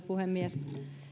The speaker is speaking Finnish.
puhemies